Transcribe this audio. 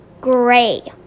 gray